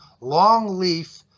long-leaf